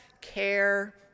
care